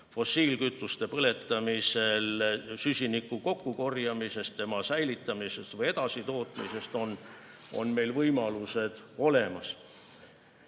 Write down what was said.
fossiilkütuste põletamisel süsiniku kokkukorjamise, selle säilitamise või edasi tootmisega on meil olemas.